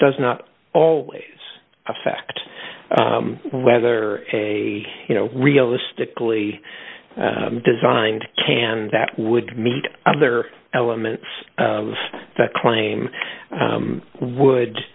does not always affect whether a you know realistically designed can that would meet other elements of that claim would